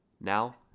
Now